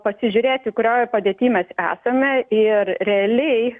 pasižiūrėti kurioj padėty mes esame ir realiai